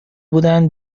بودن